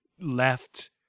left